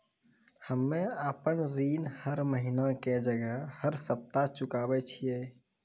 हम्मे आपन ऋण हर महीना के जगह हर सप्ताह चुकाबै छिये